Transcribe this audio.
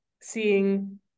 seeing